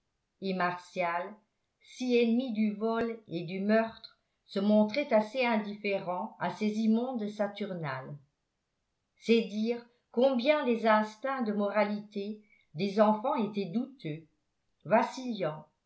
et martial si ennemi du vol et du meurtres se montrait assez indifférent à ces immondes saturnales c'est dire combien les instincts de moralité des enfants étaient douteux vacillants